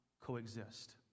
coexist